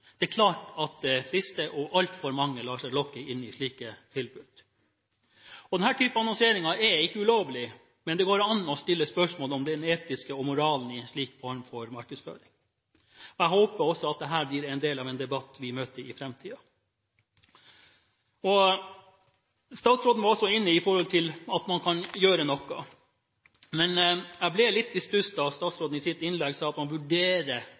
Det er klart at det frister, og altfor mange lar seg lokke inn i slike tilbud. Denne typen annonsering er ikke ulovlig, men det går an å stille spørsmål om det etiske og moralen i en slik form for markedsføring. Jeg håper også at dette blir en del av en debatt vi møter i framtiden. Statsråden var også inne på det at man kan gjøre noe. Men jeg kom litt i stuss da statsråden i sitt innlegg sa at man vurderer